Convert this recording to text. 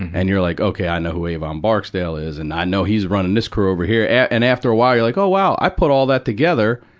and you're like, ok. i know who avon barksdale is, and i know he's running this crew over here. and, and after a while, you're like, oh, wow, i put all that together.